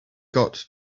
got